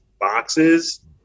boxes